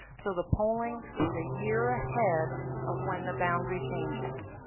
so the polling is a year ahead of when the boundary changes.